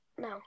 No